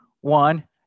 one